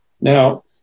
Now